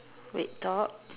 we talk